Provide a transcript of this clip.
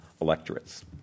electorates